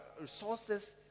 resources